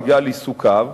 בגלל עיסוקיו,